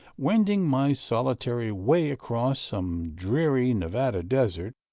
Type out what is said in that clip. wending my solitary way across some dreary nevada desert,